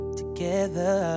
together